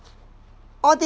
all